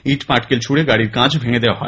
ইট পাটকেল ছুঁড়ে গাড়ির কাঁচ ভেঙ্গে দেওয়া হয়